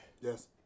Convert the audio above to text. Yes